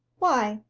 why,